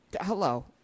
hello